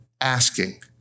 asking